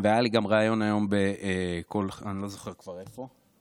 והיה לי גם ריאיון היום, אני לא זוכר כבר איפה,